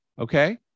Okay